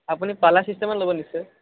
আপুনি পাল্লা চিষ্টেমত ল'ব নিশ্চয়